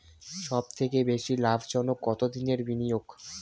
সবথেকে বেশি লাভজনক কতদিনের বিনিয়োগ?